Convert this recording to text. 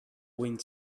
wind